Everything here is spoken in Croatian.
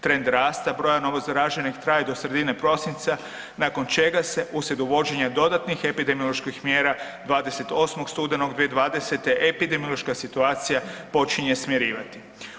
Trend rasta broja novozaraženih traje do sredine prosinca, nakon čega se uslijed uvođenja dodatnih epidemioloških mjera 28. studenog 2020. epidemiološka situacija počinje smirivati.